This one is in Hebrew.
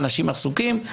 אנשים עסוקים.